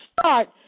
start